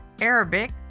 Arabic